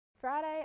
Friday